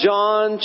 John